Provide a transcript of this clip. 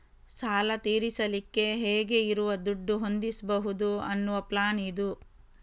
ಸಾಲ ತೀರಿಸಲಿಕ್ಕೆ ಹೇಗೆ ಇರುವ ದುಡ್ಡು ಹೊಂದಿಸ್ಬಹುದು ಅನ್ನುವ ಪ್ಲಾನ್ ಇದು